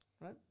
right